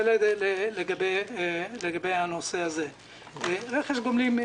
רכש גומלין,